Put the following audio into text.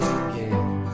again